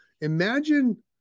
imagine